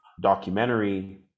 documentary